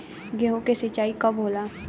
गेहूं के सिंचाई कब होला?